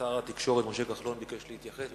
שר התקשורת משה כחלון ביקש להתייחס.